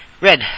Red